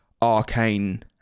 arcane